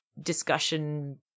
discussion